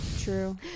true